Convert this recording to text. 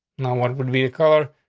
no one would be a car.